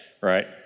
right